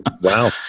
Wow